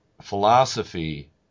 philosophy